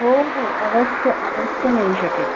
हो हो अवश्य अवश्य मिळू शकेल